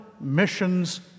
missions